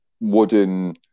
wooden